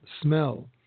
smell